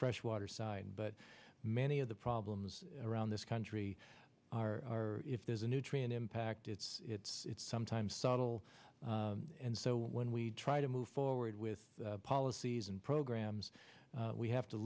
freshwater side but many of the problems around this country are if there's a nutrient impact it's it's sometimes subtle and so when we try to move forward with policies and programs we have to